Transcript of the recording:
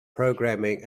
programming